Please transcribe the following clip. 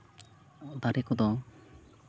ᱫᱟᱨᱮ ᱠᱚᱫᱚ